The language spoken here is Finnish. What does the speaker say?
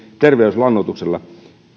terveyslannoituksella